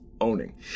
owning